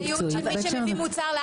אחריות של מי שמביא מוצר לארץ.